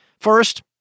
First